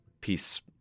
peace